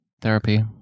therapy